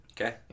Okay